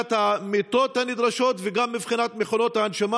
מבחינת המיטות הנדרשות וגם מבחינת מכונות ההנשמה.